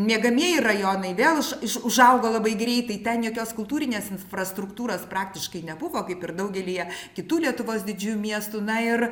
miegamieji rajonai vėl iš iš užaugo labai greitai ten jokios kultūrinės infrastruktūros praktiškai nebuvo kaip ir daugelyje kitų lietuvos didžiųjų miestų na ir